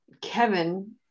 kevin